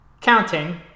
counting